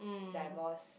divorce